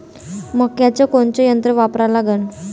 मक्याचं कोनचं यंत्र वापरा लागन?